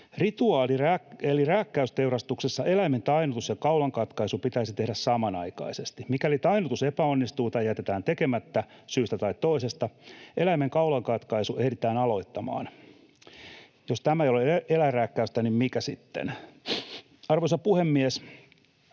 Rituaali- eli rääkkäysteurastuksessa eläimen tainnutus ja kaulan katkaisu pitäisi tehdä samanaikaisesti. Mikäli tainnutus epäonnistuu tai jätetään tekemättä syystä tai toisesta, eläimen kaulan katkaisu ehditään aloittamaan. Jos tämä ei ole eläinrääkkäystä, niin mikä sitten? Arvoisa puhemies!